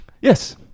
Yes